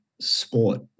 sport